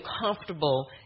comfortable